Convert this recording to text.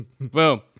Boom